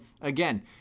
again